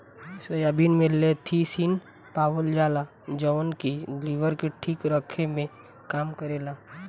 soybean में lecithin पावल जाला जवन की लीवर के ठीक रखे में काम करेला